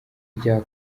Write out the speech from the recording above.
rya